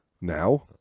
Now